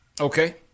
Okay